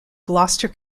gloucester